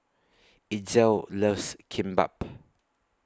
Itzel loves Kimbap